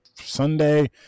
Sunday